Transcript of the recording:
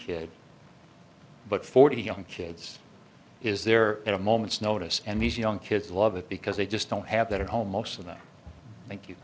kid but forty young kids is there at a moment's notice and these young kids love it because they just don't have that at home most of them thank you